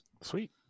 Sweet